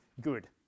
good